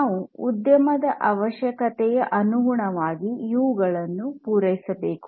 ನಾವು ಉದ್ಯಮದ ಅವಶ್ಯಕತೆಯ ಅನುಗುಣವಾಗಿ ಇವುಗಳನ್ನು ಪೂರೈಸಬೇಕು